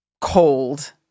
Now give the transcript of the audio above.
Cold